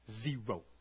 Zero